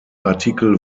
artikel